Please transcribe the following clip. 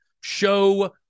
show